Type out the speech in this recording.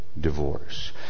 divorce